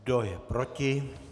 Kdo je proti?